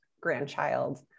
grandchild